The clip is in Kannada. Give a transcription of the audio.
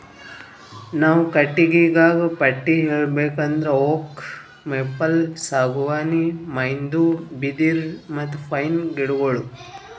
ನಾವ್ ಕಟ್ಟಿಗಿಗಾ ಪಟ್ಟಿ ಹೇಳ್ಬೇಕ್ ಅಂದ್ರ ಓಕ್, ಮೇಪಲ್, ಸಾಗುವಾನಿ, ಬೈನ್ದು, ಬಿದಿರ್, ಮತ್ತ್ ಪೈನ್ ಗಿಡಗೋಳು